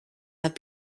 have